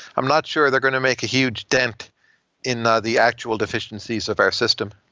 i'm not sure they're going to make a huge dent in the the actual deficiencies of our system.